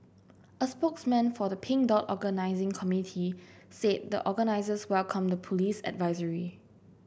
a spokesman for the Pink Dot organising committee said the organisers welcomed the police advisory